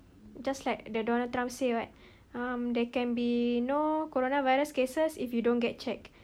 just like the donald trump say right um there can be no coronavirus cases if you don't get checked